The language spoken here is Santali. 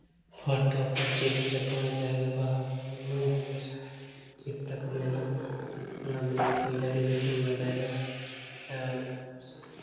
ᱯᱷᱳᱴᱳ ᱠᱚ ᱪᱤᱛᱨᱟᱹ ᱠᱚ ᱡᱟᱦᱟᱸᱜᱮ ᱵᱟᱦᱟ ᱠᱚ ᱮᱢᱟᱱ ᱛᱮᱢᱟᱱ ᱪᱤᱛᱨᱟᱹ ᱠᱚ ᱢᱮᱱᱟᱜᱼᱟ ᱚᱱᱟ ᱵᱮᱱᱟᱣ ᱠᱚ ᱤᱧ ᱟᱹᱰᱤ ᱵᱮᱥ ᱤᱧ ᱵᱟᱰᱟᱭᱟ ᱟᱨ